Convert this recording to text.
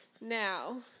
Now